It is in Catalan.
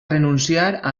renunciar